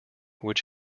which